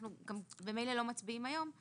ממילא אנחנו לא מצביעים היום,